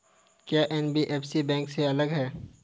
क्या NBFC bank से अलग है?